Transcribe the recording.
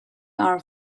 are